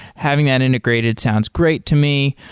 having that integrated sounds great to me,